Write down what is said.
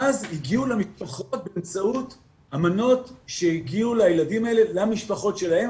ואז הגיעו למשפחות באמצעות המנות שהגיעו לילדים האלה למשפחות שלהן,